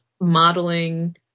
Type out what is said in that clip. modeling